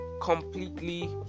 completely